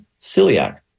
celiac